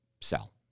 sell